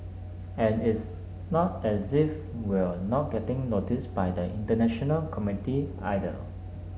and it's not as if we're not getting noticed by the international community either